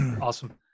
Awesome